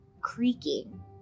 creaking